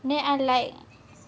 then I like